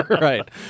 Right